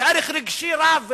יש ערך רגשי רב.